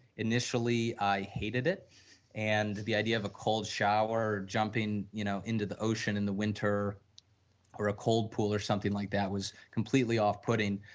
initially i hated and the idea of cold shower or jumping, you know, into the ocean in the winter or a cold pool or something like that was completely off-putting,